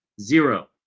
zero